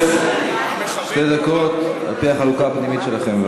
שתי דקות, על-פי החלוקה הפנימית שלכם.